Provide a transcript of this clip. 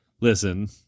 listen